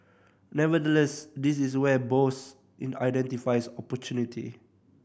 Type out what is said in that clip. nevertheless this is where Bose identifies opportunity